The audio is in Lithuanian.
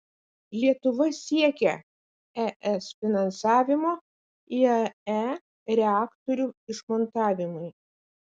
lietuva siekia es finansavimo iae reaktorių išmontavimui